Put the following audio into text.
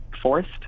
forced